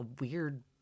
weird